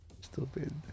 Stupid